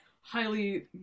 highly